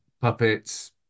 puppets